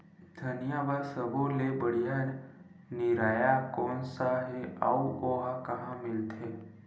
धनिया बर सब्बो ले बढ़िया निरैया कोन सा हे आऊ ओहा कहां मिलथे?